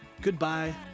Goodbye